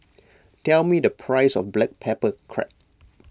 tell me the price of Black Pepper Crab